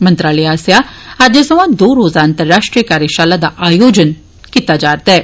मंत्रालय आस्तेआ अजजै सोयां दो रोज़ा अंतर्राष्ट्रीय कार्यशाला दा आयोजन कीता जा'रदा ऐ